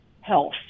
health